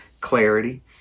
clarity